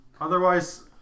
Otherwise